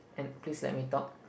and please let me talk